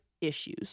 issues